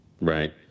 Right